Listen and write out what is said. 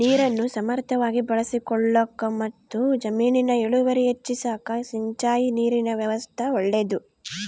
ನೀರನ್ನು ಸಮರ್ಥವಾಗಿ ಬಳಸಿಕೊಳ್ಳಾಕಮತ್ತು ಜಮೀನಿನ ಇಳುವರಿ ಹೆಚ್ಚಿಸಾಕ ಸಿಂಚಾಯಿ ನೀರಿನ ವ್ಯವಸ್ಥಾ ಒಳ್ಳೇದು